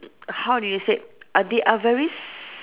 how do you say uh they are very s~